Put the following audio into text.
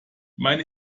meine